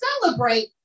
celebrate